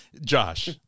Josh